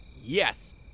Yes